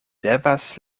devas